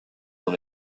dans